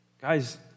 guys